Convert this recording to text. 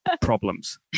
problems